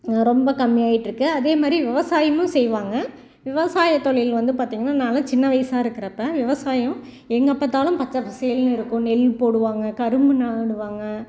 ரொம்ப கம்மியாகிட்ருக்கு அதேமாதிரி விவசாயமும் செய்வாங்க விவசாய தொழில் வந்து பார்த்தீங்கன்னா நாங்கள் சின்ன வயதா இருக்கிறப்ப விவசாயம் எங்கே பார்த்தாலும் பச்சைப்பசேல்னு இருக்கும் நெல் போடுவாங்க கரும்பு நடுவாங்க